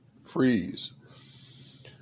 freeze